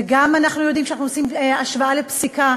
וגם אנחנו יודעים שכשאנחנו עושים השוואה לפסיקה,